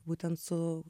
būtent su